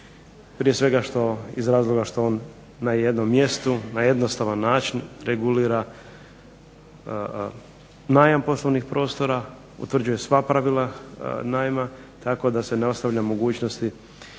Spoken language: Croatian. prije svega što, iz razloga što on na jednom mjestu, na jednostavan način regulira najam poslovnih prostora, utvrđuje sva pravila najma, tako da ne ostavlja mogućnosti